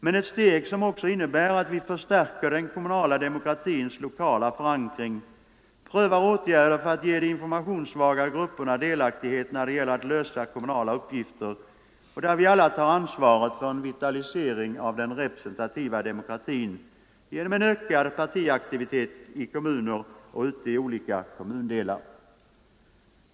Men ett steg som också innebär att vi förstärker den kommunala demokratins lokala förankring, prövar åtgärder för att ge de informationssvaga grupperna delaktighet när det gäller att lösa kommunala uppgifter och där vi alla tar ansvaret för en vitalisering av den representativa demokratin genom en ökad partiaktivitet i kommuner och ute i olika kommundelar.